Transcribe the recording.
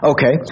Okay